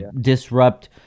disrupt